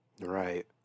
Right